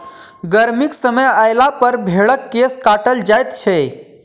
गर्मीक समय अयलापर भेंड़क केश काटल जाइत छै